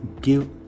give